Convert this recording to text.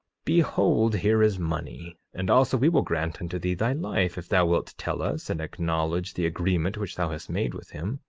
behold here is money and also we will grant unto thee thy life if thou wilt tell us, and acknowledge the agreement which thou hast made with him.